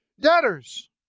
debtors